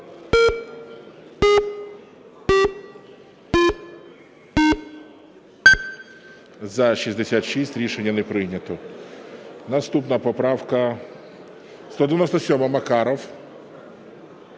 За-66 Рішення не прийнято. Наступна поправка